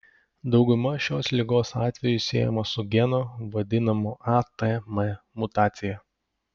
dauguma šios ligos atvejų siejama su geno vadinamo atm mutacija